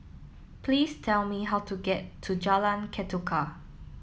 please tell me how to get to Jalan Ketuka